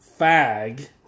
fag